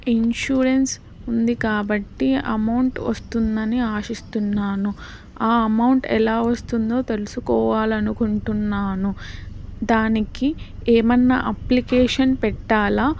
insurance ఉంది కాబట్టి amount వస్తుందని ఆశిస్తున్నాను ఆ అమౌంట్ ఎలా వస్తుందో తెలుసుకోవాలి అనుకుంటున్నాను దానికి ఏమన్నా అప్లికేషన్ పెట్టాలా